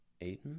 Aiden